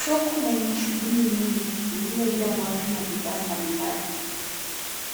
Soko lenye shughuli nyingi lililojaa watu na bidhaa mbalimbali.